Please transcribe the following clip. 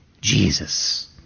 Jesus